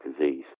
disease